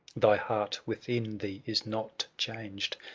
thy heart within thee is not changed,